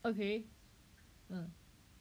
okay ah